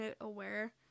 aware